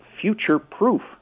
future-proof